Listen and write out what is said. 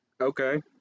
Okay